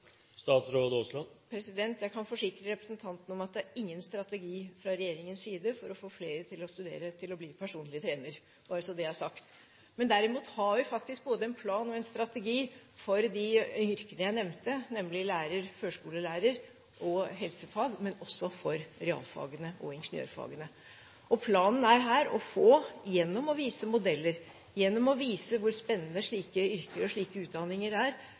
Jeg kan forsikre representanten om at det er ingen strategi fra regjeringens side for å få flere til å studere til å bli personlig trener, bare så det er sagt. Derimot har vi både en plan og en strategi for de yrkene jeg nevnte, nemlig lærer, førskolelærer og helsefagarbeider, og også for realfagene og ingeniørfagene. Planen her er å få vist gjennom modeller hvor spennende slike yrker og slike utdanninger er,